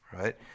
right